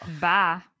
Bah